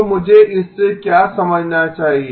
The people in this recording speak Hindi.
तो मुझे इससे क्या समझना चाहिए